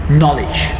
knowledge